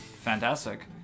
Fantastic